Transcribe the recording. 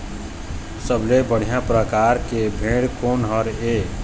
सबले बढ़िया परकार के भेड़ कोन हर ये?